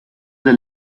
the